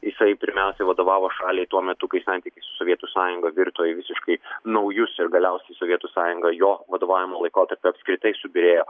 jisai pirmiausia vadovavo šaliai tuo metu kai santykiai sovietų sąjunga virto į visiškai naujus ir galiausiai sovietų sąjunga jo vadovavimo laikotarpiu apskritai subyrėjo